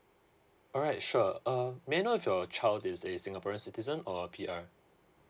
alright sure uh may I know if your child is a singaporean citizen or a P_R